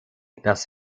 das